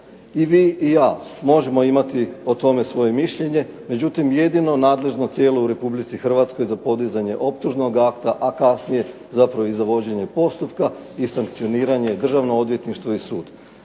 I vi i ja možemo imati o tome svoje mišljenje, međutim jedino nadležno tijelo u Republici Hrvatskoj za podizanje optužnog akta, a kasnije zapravo i za vođenje postupka i sankcioniranje Državno odvjetništvo i sud.